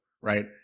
right